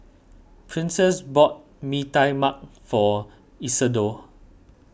Princess bought Mee Tai Mak for Isadore